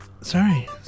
Sorry